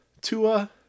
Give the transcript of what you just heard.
Tua